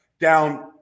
down